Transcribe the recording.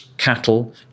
cattle